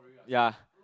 ya